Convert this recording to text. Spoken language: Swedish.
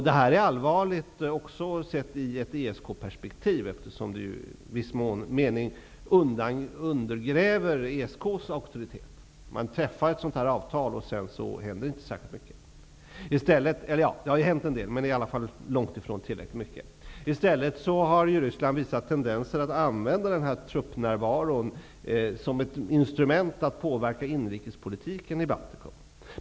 Det här är allvarligt sett i ett ESK-perspektiv, eftersom det i viss mån undergräver ESK:s auktoritet när man träffar ett sådant här avtal och det sedan inte händer så mycket. Det har förvisso hänt en del, men det är långt ifrån tillräckligt. Ryssland har i stället visat tendenser till att använda truppnärvaron som ett instrument för att påverka inrikespolitiken i Baltikum.